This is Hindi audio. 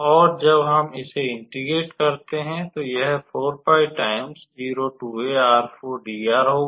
और जब हम इसे इंटेग्रेट करते हैं तो यह होगा